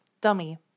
dummy